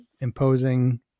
imposing